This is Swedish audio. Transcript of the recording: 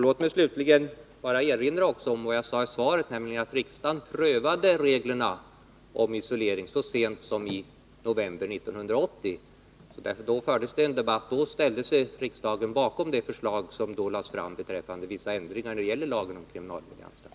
Låt mig slutligen få erinra om vad jag sagt i svaret, nämligen att riksdagen prövade reglerna om isolering så sent som i november 1980. Då fördes en debatt, och då ställde sig riksdagen bakom förslaget om vissa ändringar i lagen om kriminalvård i anstalt.